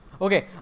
Okay